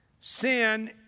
sin